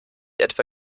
etwa